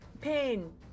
pain